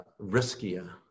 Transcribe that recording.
riskier